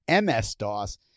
MS-DOS